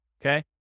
okay